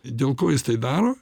dėl ko jis tai daro